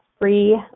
free